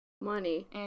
Money